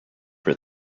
for